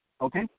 okay